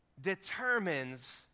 determines